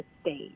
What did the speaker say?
state